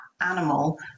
animal